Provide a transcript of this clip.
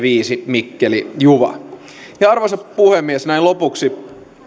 viisi mikkeli juva arvoisa puhemies näin lopuksi